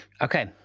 Okay